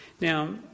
Now